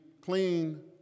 clean